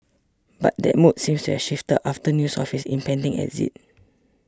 but that mood seems to have shifted after news of his impending exit